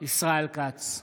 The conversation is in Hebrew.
ישראל כץ,